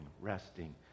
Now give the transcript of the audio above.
resting